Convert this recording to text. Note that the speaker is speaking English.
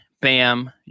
Bam